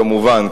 כמובן,